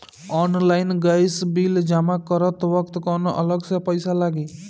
Online gas bill जमा करत वक्त कौने अलग से पईसा लागी?